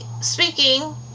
speaking